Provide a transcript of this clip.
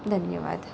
धन्यवाद